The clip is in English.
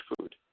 food